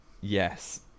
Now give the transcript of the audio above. yes